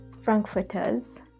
frankfurters